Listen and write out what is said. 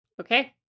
okay